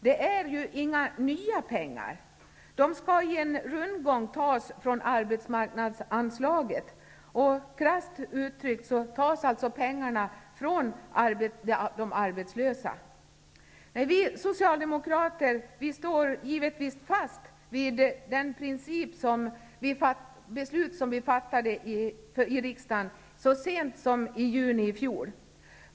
Det är ju inga nya pengar. De skall i en rundgång tas från arbetsmarknadsanslaget. Krasst uttryckt tas pengarna från de arbetslösa. Vi socialdemokrater står givetvis fast vid det beslut som riksdagen fattade så sent som i juni i fjol.